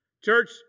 Church